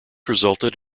resulted